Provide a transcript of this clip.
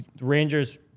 Rangers